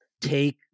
take